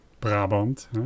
Brabant